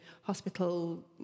hospital